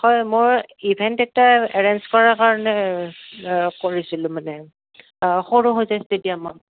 হয় মই ইভেণ্ট এটা এৰেঞ্জ কৰাৰ কাৰণে কৰিছিলোঁ মানে সৰু সজাই ষ্টেডিয়ামত